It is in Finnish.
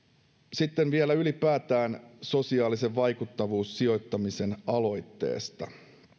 sitten vielä ylipäätään sosiaalisen vaikuttavuussijoittamisen aloitteesta